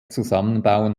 zusammenbauen